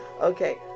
okay